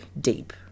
deep